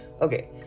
okay